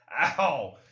ow